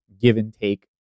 give-and-take